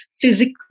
physical